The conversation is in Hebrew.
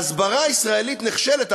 ההסברה הישראלית נכשלת.